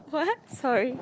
what sorry